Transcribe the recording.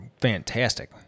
fantastic